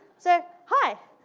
so, hi!